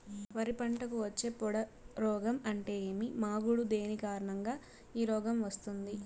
వరి పంటకు వచ్చే పొడ రోగం అంటే ఏమి? మాగుడు దేని కారణంగా ఈ రోగం వస్తుంది?